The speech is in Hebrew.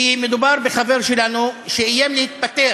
כי מדובר בחבר שלנו שאיים להתפטר,